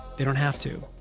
they don't have to.